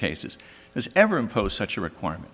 cases as ever impose such a requirement